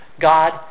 God